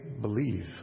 believe